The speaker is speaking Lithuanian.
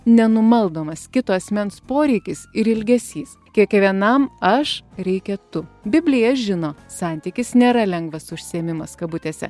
nenumaldomas kito asmens poreikis ir ilgesys kiekvienam aš reikia tu biblija žino santykis nėra lengvas užsiėmimas kabutėse